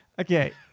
Okay